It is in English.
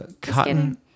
cotton